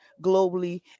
globally